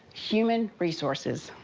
human resources.